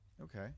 Okay